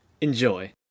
Enjoy